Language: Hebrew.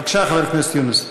בבקשה, חבר הכנסת יונס.